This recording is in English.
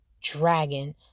dragon